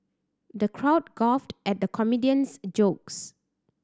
the crowd guffawed at the comedian's jokes